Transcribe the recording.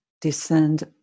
descend